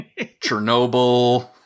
Chernobyl